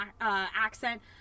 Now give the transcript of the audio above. accent